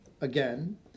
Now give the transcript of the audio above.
again